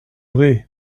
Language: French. vrai